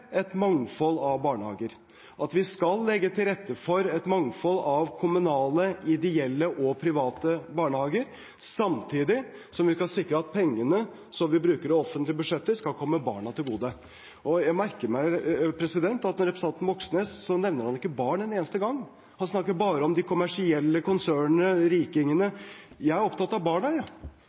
et mangfold av barnehager, og at vi skal legge til rette for et mangfold av kommunale, ideelle og private barnehager, samtidig som vi skal sikre at pengene som vi bruker av offentlige budsjetter, skal komme barna til gode. Jeg merker meg at representanten Moxnes ikke nevner barn en eneste gang. Han snakker bare om de kommersielle konsernene, rikingene. Jeg er opptatt av barna.